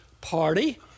party